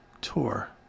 Tour